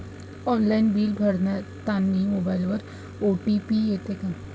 Online bill भरतानी मोबाईलवर OTP येते का?